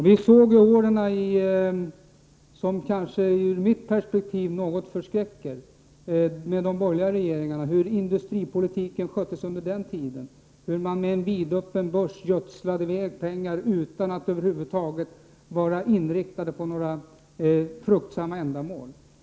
Vi såg hur industripolitiken sköttes under åren med borgerliga regeringar, något som ur mitt perspektiv förskräckte. Med vidöppen börs gödslade man då med pengar utan att över huvud taget vara inriktad på några fruktsamma ändamål.